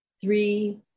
three